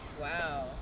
Wow